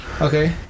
Okay